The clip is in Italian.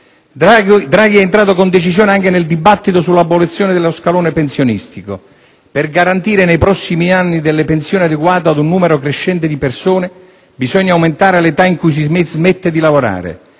Draghi è entrato con decisione anche nel dibattito sull' abolizione dello scalone pensionistico: «Per garantire nei prossimi anni delle pensioni adeguate a un numero crescente di persone bisogna aumentare l'età in cui si smette di lavorare».